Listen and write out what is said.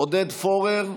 עודד פורר,